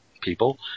people